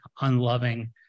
unloving